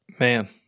man